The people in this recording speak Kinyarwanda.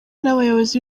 nabayobozi